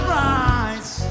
rise